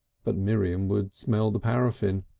but miriam would smell the paraffine!